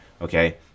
Okay